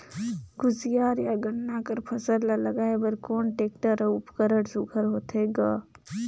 कोशियार या गन्ना कर फसल ल लगाय बर कोन टेक्टर अउ उपकरण सुघ्घर होथे ग?